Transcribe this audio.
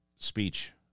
speech